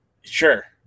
Sure